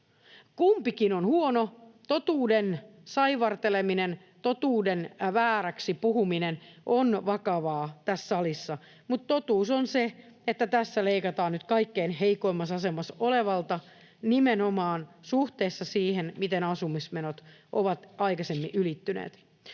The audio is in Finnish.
Kumpikin on huono. Totuuden saivarteleminen, totuuden vääräksi puhuminen on vakavaa tässä salissa, mutta totuus on se, että tässä leikataan nyt kaikkein heikoimmassa asemassa olevalta nimenomaan suhteessa siihen, miten asumismenot ovat aikaisemmin ylittyneet.